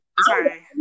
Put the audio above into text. sorry